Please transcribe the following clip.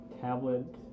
tablet